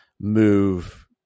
move